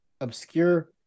obscure